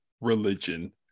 religion